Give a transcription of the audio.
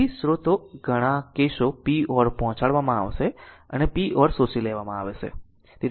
તેથી સ્ત્રોતો ઘણા કેસો p or પહોંચાડવામાં આવશે અને p or શોષી લેવામાં આવશે